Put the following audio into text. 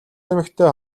эмэгтэй